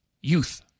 youth